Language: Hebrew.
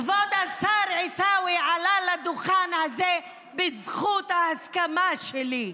כבוד השר עיסאווי עלה לדוכן הזה בזכות ההסכמה שלי.